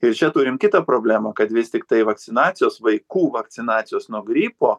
ir čia turim kitą problemą kad vis tiktai vakcinacijos vaikų vakcinacijos nuo gripo